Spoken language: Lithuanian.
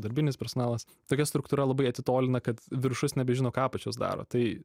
darbinis personalas tokia struktūra labai atitolina kad viršus nebežino ką apačios daro tai